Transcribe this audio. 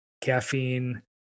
caffeine